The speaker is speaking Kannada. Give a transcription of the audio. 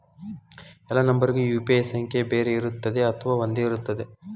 ಎಲ್ಲಾ ನಂಬರಿಗೂ ಯು.ಪಿ.ಐ ಸಂಖ್ಯೆ ಬೇರೆ ಇರುತ್ತದೆ ಅಥವಾ ಒಂದೇ ಇರುತ್ತದೆ?